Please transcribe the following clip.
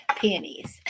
peonies